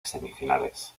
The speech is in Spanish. semifinales